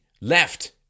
left